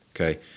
Okay